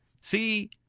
See